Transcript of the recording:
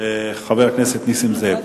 נסים זאב.